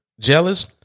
jealous